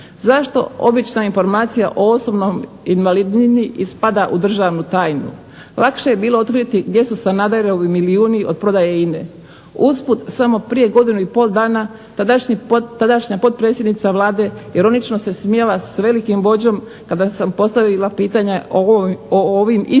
Zašto obična informacija o osobnom invalidnini spada u državnu tajnu? Lakše je bilo otkriti gdje su Sanaderovi milijuni od prodaje INA-e. Usput samo prije godinu i pol dana tadašnja potpredsjednica Vlade ironično se smijala sa velikim vođom kada sam postavila pitanje o ovim istim